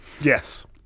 Yes